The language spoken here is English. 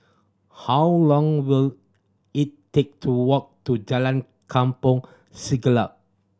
how long will it take to walk to Jalan Kampong Siglap